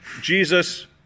Jesus